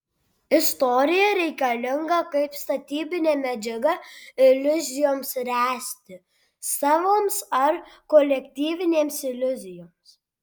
istorija reikalinga kaip statybinė medžiaga iliuzijoms ręsti savoms ar kolektyvinėms iliuzijoms